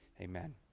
amen